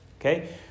Okay